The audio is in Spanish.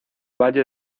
valle